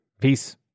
Peace